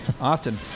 austin